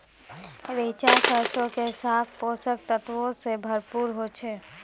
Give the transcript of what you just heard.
रैचा सरसो के साग पोषक तत्वो से भरपूर होय छै